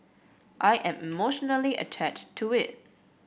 I am emotionally attached to it